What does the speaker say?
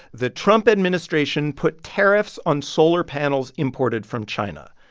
the trump administration put tariffs on solar panels imported from china.